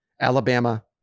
Alabama